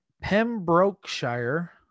Pembrokeshire